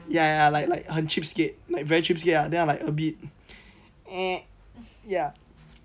ya ya like 很 cheapskate like very cheapskate ah then I like a bit meh ya so right